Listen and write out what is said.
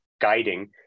guiding